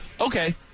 Okay